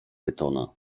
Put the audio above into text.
pytona